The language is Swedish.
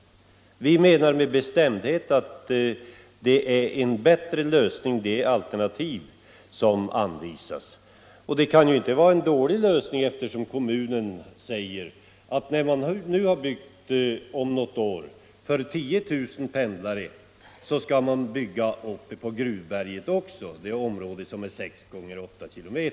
Vi menar med bestämdhet att det alternativ som anvisas är en bättre lösning. Det kan inte vara en dålig lösning då kommunen säger, att när man om något år har byggt för 10 000 pendlare så skall man också bygga uppe på Gruvberget, ett område som är 6 x 8 km.